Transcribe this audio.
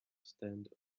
stand